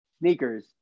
sneakers